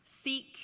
seek